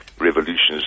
revolutions